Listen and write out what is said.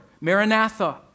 Maranatha